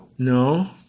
No